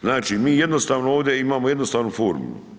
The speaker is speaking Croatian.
Znači, mi jednostavno ovdje imamo jednostavnu formulu.